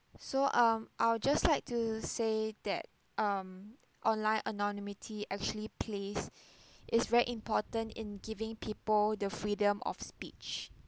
so um I'll just like to say that um online anonymity actually plays is very important in giving people the freedom of speech